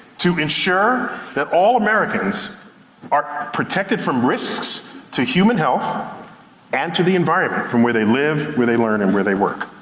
to ensure that all americans are protected from risks to human health and to the environment, from where they live, where they learn, and where they work.